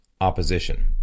opposition